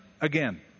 again